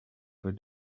put